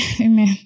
Amen